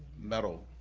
medal